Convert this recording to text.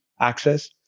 access